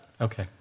Okay